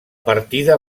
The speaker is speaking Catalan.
partida